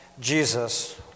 Jesus